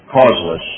causeless